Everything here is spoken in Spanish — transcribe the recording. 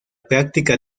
práctica